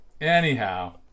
Anyhow